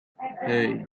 hey